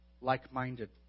like-minded